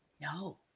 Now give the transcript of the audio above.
No